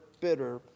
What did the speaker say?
bitter